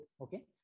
okay